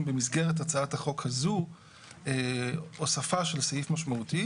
במסגרת הצעת החוק הזו הוספה של סעיף משמעותי.